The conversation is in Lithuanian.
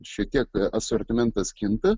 šiek tiek asortimentas kinta